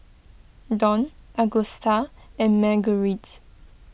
Dawn Agusta and Marguerites